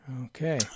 Okay